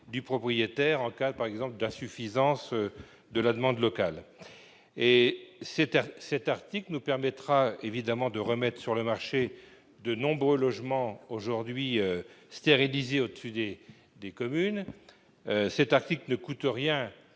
du propriétaire, par exemple du fait de l'insuffisance de la demande locale. Cet article nous permettra de remettre sur le marché de nombreux logements aujourd'hui stérilisés au-dessus des commerces. Il ne coûte rien